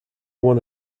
one